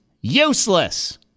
Useless